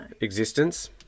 existence